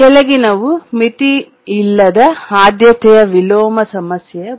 ಕೆಳಗಿನವು ಮಿತಿಯಿಲ್ಲದ ಆದ್ಯತೆಯ ವಿಲೋಮ ಸಮಸ್ಯೆಯ ಬಗ್ಗೆ